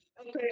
okay